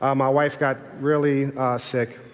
um my wife got really sick.